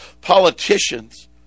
Politicians